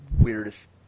weirdest